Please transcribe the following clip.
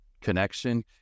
connection